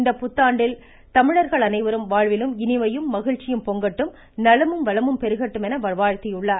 இந்த இனிய புத்தாண்டில் தமிழர்கள் அனைவரின் வாழ்விலும் இனிமையும் மகிழ்ச்சியும் பொங்கட்டும் நலமும் வளமும் பெருகட்டும் என வாழ்த்தியுள்ளார்